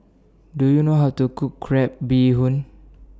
Do YOU know How to Cook Crab Bee Hoon